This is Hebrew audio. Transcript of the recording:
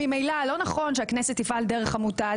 שממילא לא נכון שהכנסת תפעל דרך עמותה,